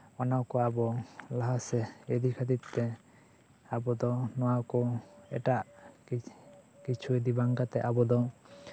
ᱚᱱᱟ ᱠᱚ ᱟᱵᱚ ᱞᱟᱦᱟ ᱥᱮᱫ ᱤᱫᱤ ᱠᱷᱟᱹᱛᱤᱨ ᱛᱮ ᱟᱵᱚ ᱫᱚ ᱱᱚᱣᱟ ᱠᱚ ᱮᱴᱟᱜ ᱠᱤᱪᱷᱩ ᱤᱫᱤ ᱵᱟᱝ ᱠᱟᱛᱮᱜ ᱟᱵᱚ ᱫᱚ